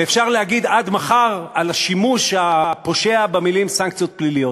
ואפשר להגיד עד מחר על השימוש הפושע במילים "סנקציות פליליות".